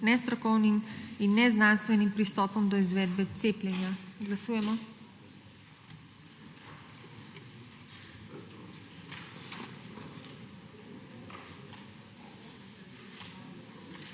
nestrokovnim in neznanstvenim pristopom do izvedbe cepljenja. Glasujemo.